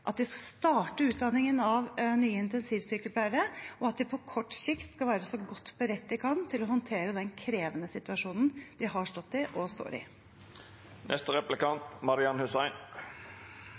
at de skal starte utdanningen av nye intensivsykepleiere, og at de på kort sikt skal være så godt beredt de kan til å håndtere den krevende situasjonen de har stått i og står